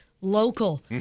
local